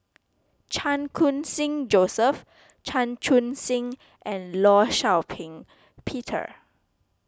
Chan Khun Sing Joseph Chan Chun Sing and Law Shau Ping Peter